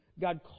God